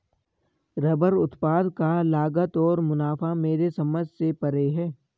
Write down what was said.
rubber उत्पाद का लागत और मुनाफा मेरे समझ से परे है